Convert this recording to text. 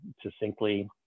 succinctly